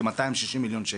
כ-260 מיליון שקלים.